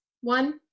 one